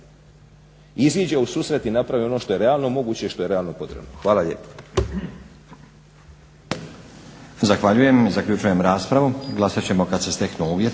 iziđe u susret i napravi ono što je realno moguće i što je realno potrebno. Hvala lijepo.